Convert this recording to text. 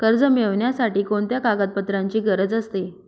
कर्ज मिळविण्यासाठी कोणत्या कागदपत्रांची गरज असते?